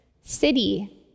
city